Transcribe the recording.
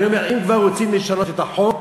אני אומר: אם כבר רוצים לשנות את החוק,